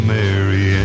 Mary